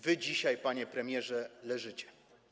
Wy dzisiaj, panie premierze, leżycie.